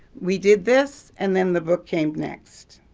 we did this and then the book came next.